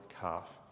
calf